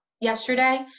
yesterday